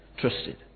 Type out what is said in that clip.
trusted